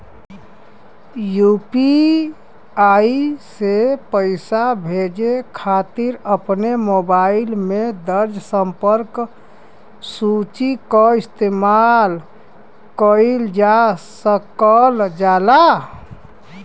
UPI से पइसा भेजे खातिर अपने मोबाइल में दर्ज़ संपर्क सूची क इस्तेमाल कइल जा सकल जाला